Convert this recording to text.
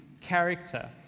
character